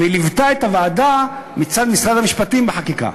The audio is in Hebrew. והיא ליוותה את הוועדה מצד משרד המשפטים בחקיקה.